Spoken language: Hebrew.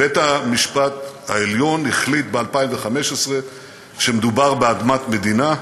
בית-המשפט העליון החליט ב-2015 שמדובר באדמת מדינה,